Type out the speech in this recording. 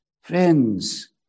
Friends